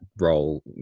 role